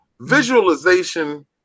visualization